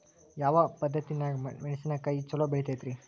ಯಾವ ಪದ್ಧತಿನ್ಯಾಗ ಮೆಣಿಸಿನಕಾಯಿ ಛಲೋ ಬೆಳಿತೈತ್ರೇ?